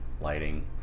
lighting